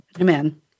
Amen